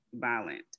violent